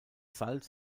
salz